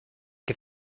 que